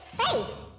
face